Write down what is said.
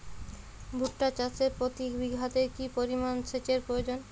ভুট্টা চাষে প্রতি বিঘাতে কি পরিমান সেচের প্রয়োজন?